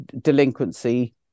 delinquency